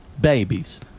babies